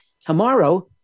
tomorrow